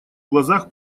глазах